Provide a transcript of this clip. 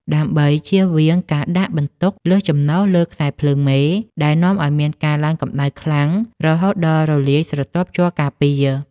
ដើម្បីចៀសវាងការដាក់បន្ទុកលើសចំណុះលើខ្សែភ្លើងមេ ដែលនាំឱ្យមានការឡើងកម្ដៅខ្លាំងរហូតដល់រលាយស្រទាប់ជ័រការពារ។